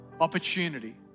opportunity